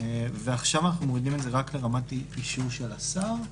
ועכשיו אנחנו מורידים את זה רק לרמת אישור של השר.